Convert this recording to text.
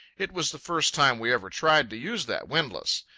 it was the first time we ever tried to use that windlass.